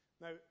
Now